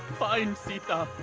find sita!